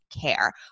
care